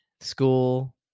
school